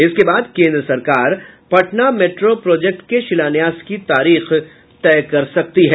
इसके बाद केंद्र सरकार पटना मेट्रो प्रोजेक्ट के शिलान्यास की तारीख तय कर सकती है